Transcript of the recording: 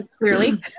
clearly